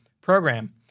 program